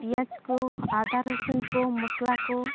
ᱯᱤᱭᱟᱡᱽ ᱠᱚ ᱟᱫᱟ ᱨᱟᱥᱩᱱ ᱠᱚ ᱢᱚᱥᱞᱟ ᱠᱚ